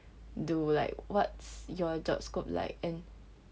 do like what's your job scope like and